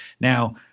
now